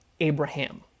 Abraham